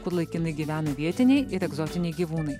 kur laikinai gyvena vietiniai ir egzotiniai gyvūnai